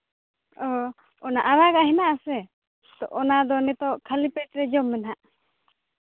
ᱚ ᱚᱱᱟ ᱟᱨᱟᱜ ᱟᱜ ᱢᱮᱱᱟᱜ ᱟᱥᱮ ᱚᱱᱟᱫᱚ ᱱᱤᱛᱚᱜ ᱠᱷᱟᱹᱞᱤ ᱯᱮᱴᱮ ᱡᱚᱢ ᱢᱮ ᱱᱟᱦᱟᱜ